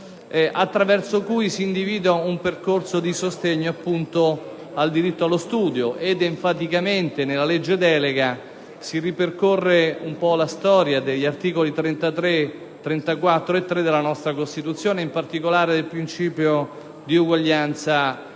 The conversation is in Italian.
attraverso cui si individua un percorso di sostegno al diritto allo studio. Ed enfaticamente nella legge delega si ripercorre un po' la storia degli articoli 3, 33 e 34 della nostra Costituzione, in particolare del principio di uguaglianza materiale